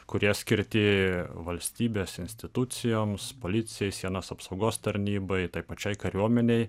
kurie skirti valstybės institucijoms policijai sienos apsaugos tarnybai taip pačiai kariuomenei